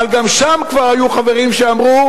אבל גם שם כבר היו חברים שאמרו: